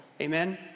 Amen